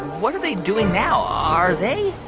what are they doing now? are they.